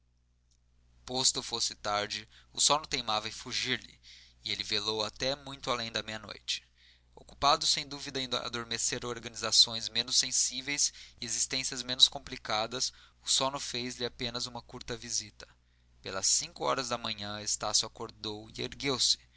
posto fosse tarde o sono teimava em fugir-lhe e ele velou até muito além da meianoite ocupado sem dúvida em adormecer organizações menos sensíveis e existências menos complicadas o sono fez-lhe apenas uma curta visita pelas cinco horas da manhã estácio acordou